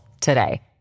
today